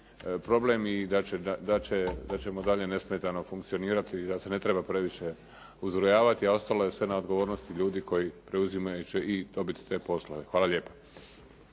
problem i da ćemo dalje nesmetano funkcionirati i da se ne treba previše uzrujavati, a ostalo je sve na odgovornosti ljudi koji preuzimaju će i dobiti te poslove. Hvala lijepa.